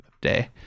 day